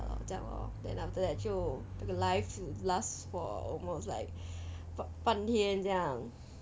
ya lor 这样 lor after that 就 the live 就 almost last for almost like for 半天这样